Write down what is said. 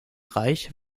reich